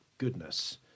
goodness